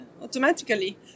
automatically